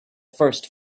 first